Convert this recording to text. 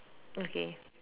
okay